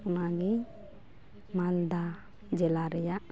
ᱚᱱᱟᱜᱮ ᱢᱟᱞᱫᱟ ᱡᱮᱞᱟᱹ ᱨᱮᱭᱟᱜ